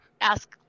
ask